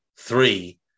three